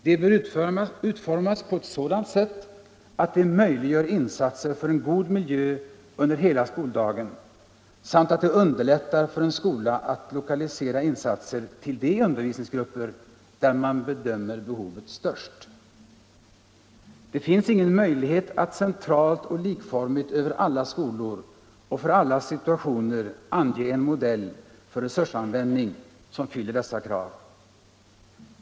De bör utformas på ett sådant sätt, att de möjliggör insatser för en god miljö under hela skoldagen samt att de underlättar för en skola att lokalisera insatser till de undervisningsgrupper, där man bedömer behovet störst. Det finns ingen möjlighet att centralt och likformigt över alla skolor och för alla situationer ange en modell för resursanvändning som fyller dessa krav.